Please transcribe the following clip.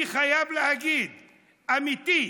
אני חייב להגיד אמיתי,